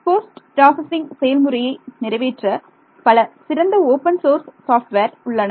post processing செயல்முறையை நிறைவேற்ற பல சிறந்த ஓபன் சோர்ஸ் சாஃப்ட்வேர் உள்ளன